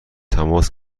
تماس